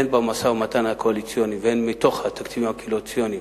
הן במשא-ומתן הקואליציוני והן מתוך התקציב הקואליציוני,